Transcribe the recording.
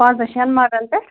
پانٛژن شٮ۪ن مرلن پٮ۪ٹھ